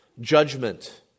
judgment